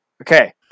Okay